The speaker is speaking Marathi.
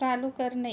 चालू करणे